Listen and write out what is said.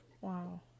Wow